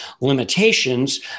limitations